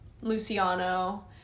Luciano